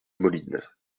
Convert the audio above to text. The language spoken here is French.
moline